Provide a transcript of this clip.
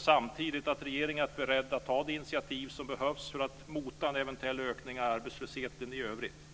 Jag förutsätter samtidigt att regeringen är beredd att ta de initiativ som behövs för att mota en eventuell ökning av arbetslösheten i övrigt.